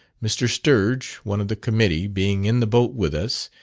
mr. sturge, one of the committee, being in the boat with us,